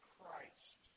Christ